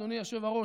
אדוני היושב-ראש,